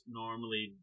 normally